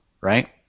right